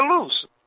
lose